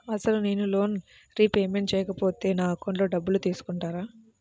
అసలు నేనూ loan repayment చేయకపోతే నా అకౌంట్లో డబ్బులు తీసుకుంటారా?